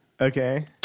Okay